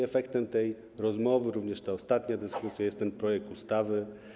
Efektem tej rozmowy, również tej ostatniej dyskusji, jest ten projekt ustawy.